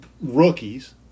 rookies